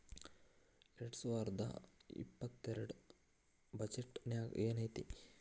ಎರ್ಡ್ಸಾವರ್ದಾ ಇಪ್ಪತ್ತೆರ್ಡ್ ರ್ ಬಜೆಟ್ ನ್ಯಾಗ್ ಏನೈತಿ?